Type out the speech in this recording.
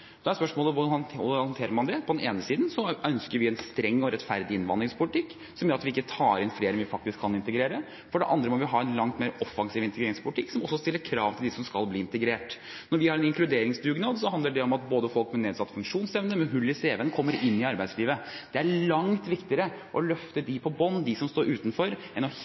Da er spørsmålet hvordan man håndterer det. På den ene siden ønsker vi en streng og rettferdig innvandringspolitikk som gjør at vi ikke tar inn flere enn vi faktisk kan integrere. På den andre siden må vi ha en langt mer offensiv integreringspolitikk som også stiller krav til dem som skal bli integrert. Når vi har en inkluderingsdugnad, handler det om at både folk med nedsatt funksjonsevne og folk med hull i CV-en kommer inn i arbeidslivet. Det er langt viktigere å løfte dem på bunnen, de som står utenfor, enn hele tiden å